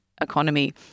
economy